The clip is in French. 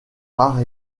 rare